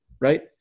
right